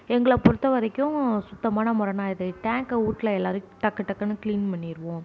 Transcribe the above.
எங்களை பொறுத்தவரைக்கும் சுத்தமான முறைன்னா எது டேங்க்கை வீட்ல எல்லாேரும் டக்கு டக்குனு க்ளீன் பண்ணிடுவோம்